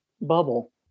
bubble